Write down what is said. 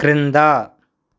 క్రింద